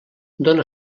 dóna